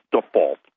default